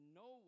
no